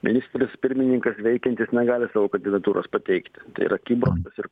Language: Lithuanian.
ministras pirmininkas veikiantis negali savo kandidatūros pateikti tai yra ir